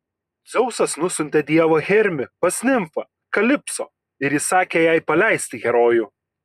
dzeusas nusiuntė dievą hermį pas nimfą kalipso ir įsakė jai paleisti herojų